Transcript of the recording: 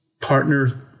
partner